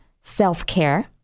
self-care